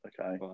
Okay